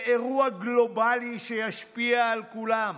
זה אירוע גלובלי שישפיע על כולם.